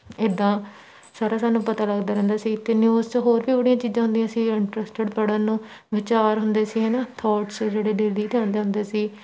ਇੱਦਾਂ ਸਾਰਾ ਸਾਨੂੰ ਪਤਾ ਲੱਗਦਾ ਰਹਿੰਦਾ ਸੀ ਅਤੇ ਨਿਊਜ਼ 'ਚ ਹੋਰ ਵੀ ਬੜੀਆਂ ਚੀਜ਼ਾਂ ਹੁੰਦੀਆਂ ਸੀ ਇੰਟਰਸਟਿਡ ਪੜ੍ਹਨ ਨੂੰ ਵਿਚਾਰ ਹੁੰਦੇ ਸੀ ਹੈ ਨਾ ਥੋਟਸ ਜਿਹੜੇ ਡੇਲੀ ਦੇ ਆਉਂਦੇ ਹੁੰਦੇ ਸੀ